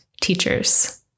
teachers